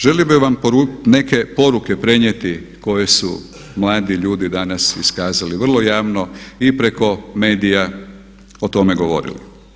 Želio bih vam neke poruke prenijeti koje su mladi ljudi danas iskazali vrlo javno i preko medija o tome govorili.